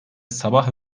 sabah